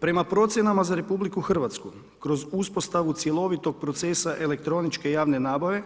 Prema procjenama za Republiku Hrvatsku kroz uspostavu cjelovitog procesa elektroničke javne nabave